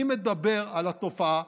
אני מדבר על התופעה